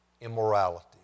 immorality